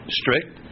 strict